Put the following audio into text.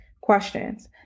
questions